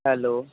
hello